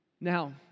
Now